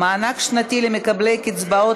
נתקבלה.